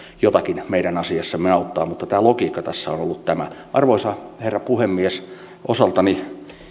jotakin meidän asiassamme auttavat mutta logiikka tässä on on ollut tämä arvoisa herra puhemies osaltani